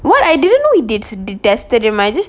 what I didn't know he did detested him I just